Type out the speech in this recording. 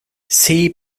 see